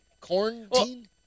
Quarantine